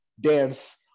dance